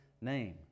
name